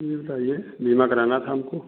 जी बताईए बीमा कराना था हमको